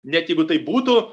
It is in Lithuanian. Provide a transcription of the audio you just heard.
net jeigu taip būtų